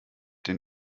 den